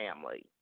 family